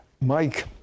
Mike